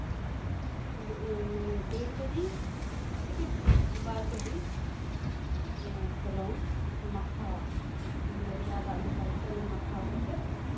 ᱢᱟᱱᱮ ᱰᱮᱹᱲ ᱠᱮᱡᱤ ᱛᱷᱮᱹᱠᱮᱹ ᱵᱟᱨ ᱠᱮᱹᱡᱤ ᱦᱚᱞᱚᱝ ᱢᱟᱠᱷᱟᱣᱟ ᱢᱟᱱᱮ ᱨᱮᱭᱟᱲ ᱫᱟᱜ ᱢᱮᱥᱟᱣ ᱠᱟᱛᱮᱜ ᱢᱟᱠᱷᱟᱣ ᱠᱟᱛᱮᱜ